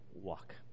walk